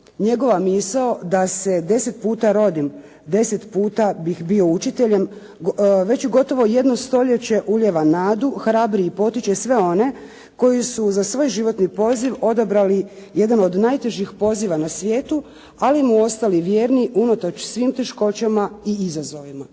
Njegova misao "da se deset puta rodim, deset puta bih bio učiteljem" već gotovo jedno stoljeće ulijeva nadu, hrabri i potiče sve one koji su za svoj životni poziv odabrali jedan od najtežih poziva na svijetu, ali mu ostali vjerni unatoč svim teškoćama i izazovima.